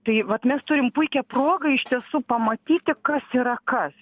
tai vat mes turim puikią progą iš tiesų pamatyti kas yra kas